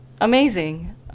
amazing